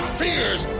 fears